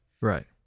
Right